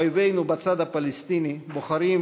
אויבינו בצד הפלסטיני בוחרים